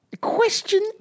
question